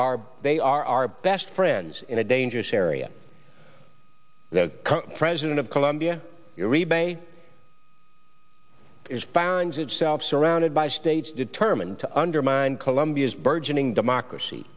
are they are our best friends in a dangerous area the president of colombia your rebate is found itself surrounded by states determined to undermine colombia's burgeoning democracy